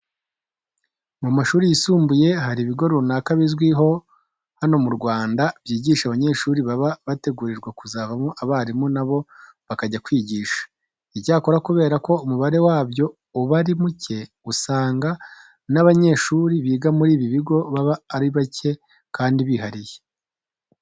Mu mashuri yisumbuye hari ibigo runaka bizwi hano mu Rwanda byigisha abanyeshuri baba bategurirwa kuzavamo abarimu na bo bakajya kwigisha. Icyakora kubera ko umubare wabyo uba ari muke, usanga n'abanyeshuri biga muri ibi bigo baba ari bake kandi bihariye.